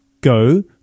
go